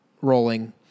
rolling